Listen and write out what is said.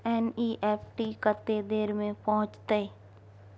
NEFT कत्ते देर में पहुंचतै?